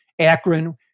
Akron